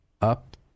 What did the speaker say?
up